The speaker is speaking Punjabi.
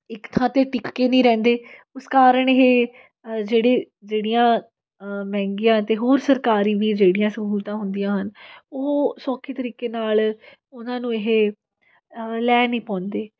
ਇਕ ਥਾਂ 'ਤੇ ਟਿਕ ਕੇ ਨਹੀਂ ਰਹਿੰਦੇ ਉਸ ਕਾਰਨ ਇਹ ਜਿਹੜੇ ਜਿਹੜੀਆਂ ਮਹਿੰਗੀਆਂ ਅਤੇ ਹੋਰ ਸਰਕਾਰੀ ਵੀ ਜਿਹੜੀਆਂ ਸਹੂਲਤਾਂ ਹੁੰਦੀਆਂ ਹਨ ਉਹ ਸੌਖੇ ਤਰੀਕੇ ਨਾਲ ਉਹਨਾਂ ਨੂੰ ਇਹ ਲੈ ਨਹੀਂ ਪਾਉਂਦੇ